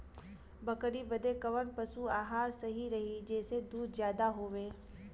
बकरी बदे कवन पशु आहार सही रही जेसे दूध ज्यादा होवे?